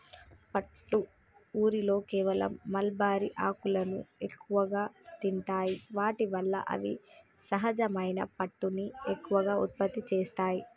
పట్టు ఊరిలో కేవలం మల్బరీ ఆకులను ఎక్కువగా తింటాయి వాటి వల్ల అవి సహజమైన పట్టుని ఎక్కువగా ఉత్పత్తి చేస్తాయి